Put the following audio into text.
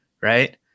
right